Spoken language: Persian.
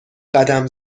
قدم